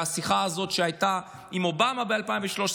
והשיחה הזאת שהייתה עם אובמה ב-2013.